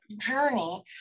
journey